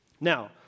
Now